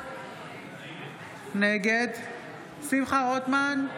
נגד שמחה רוטמן, נגד